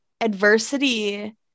adversity